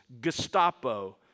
Gestapo